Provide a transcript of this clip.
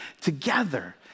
together